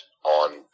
On